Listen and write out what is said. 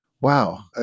wow